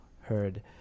heard